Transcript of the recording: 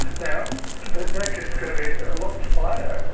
now the neck is gonna be a lot finer,